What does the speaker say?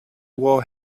were